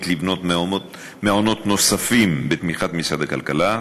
לבנות מעונות נוספים בתמיכת משרד הכלכלה,